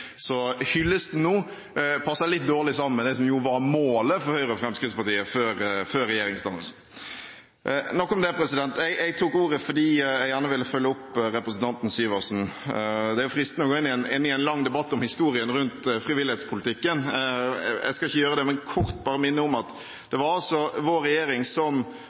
nå passer litt dårlig sammen med det som var målet for Høyre og Fremskrittspartiet før regjeringsdannelsen. Nok om det. Jeg tok ordet fordi jeg gjerne ville følge opp representanten Syversen. Det er fristende å gå inn i en lang debatt om historien rundt frivillighetspolitikken. Jeg skal ikke gjøre det, men kort bare minne om at det var vår regjering som